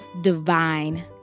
divine